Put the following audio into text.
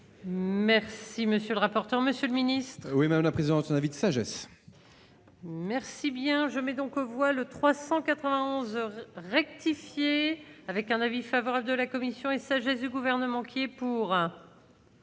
Merci, monsieur le rapporteur, monsieur le Ministre. Oui, mais à la prison son avis de sagesse. Merci bien je mets donc aux voix le 391 rectifié avec un avis favorable de la commission et ça Jésus gouvernement qui est pour.